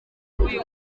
uyu